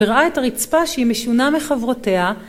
וראה את הרצפה שהיא משונה מחברותיה